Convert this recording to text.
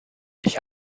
ich